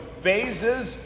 phases